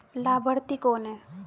लाभार्थी कौन है?